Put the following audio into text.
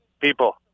People